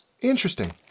Interesting